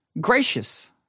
gracious